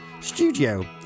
studio